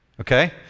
Okay